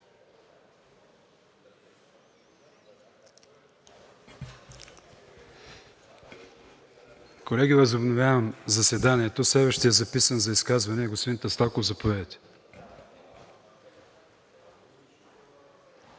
Колеги, възобновявам заседанието. Следващият записан за изказване е господин Таслаков. Заповядайте.